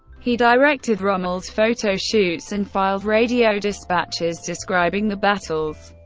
he directed rommel's photo shoots and filed radio dispatches describing the battles.